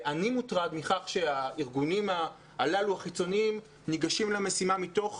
אני מוטרד מכך שהארגונים הללו החיצוניים ניגשים למשימה מתוך